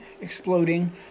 exploding